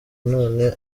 none